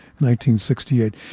1968